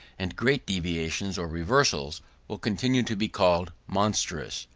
and great deviations or reversals will continue to be called monstrous.